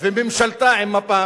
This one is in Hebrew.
וממשלתה עם מפ"ם,